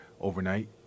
overnight